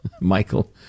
Michael